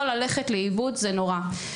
יכול ללכת לאיבוד זה נורא.